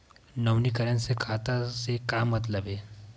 नवीनीकरण से खाता से का मतलब हे?